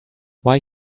why